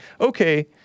Okay